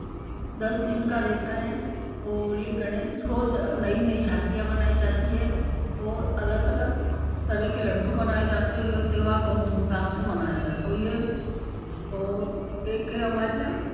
दस दिन का रहता है और यह गणेश रोज़ नई नई झाकियाँ बनाई जाती हैं और अलग अलग तरह के लड्डू बनाए जाते हैं यह त्योहार बहुत धूम धाम से मनाया जाता है और यह और एक है हमारे यहाँ